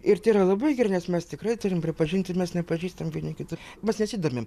ir tai yra labai gerai nes mes tikrai turim pripažinti ir mes nepažįstam vieni kitų mes nesidomim